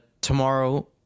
tomorrow